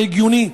זה הגיוני?